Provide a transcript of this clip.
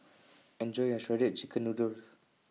Enjoy your Shredded Chicken Noodles